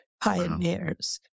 pioneers